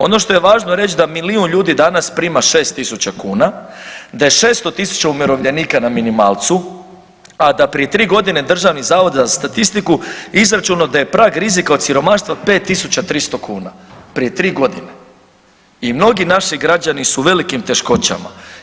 Ono što je važno reći da milijun ljudi danas prima 6 tisuća kuna, da je 600 tisuća umirovljenika na minimalcu a da je prije 3 godine Državni zavod za statistiku izračunao da je prag rizika od siromaštva 5 tisuća 300 kuna prije 3 godine i mnogi naši građani su u velikim teškoćama.